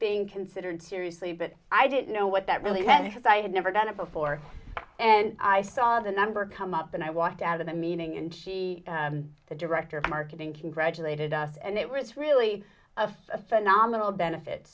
being considered seriously but i didn't know what that really had as i had never done it before and i saw the number come up and i walked out of the meeting and the director of marketing congratulated us and it was really a phenomenal benefit